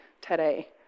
today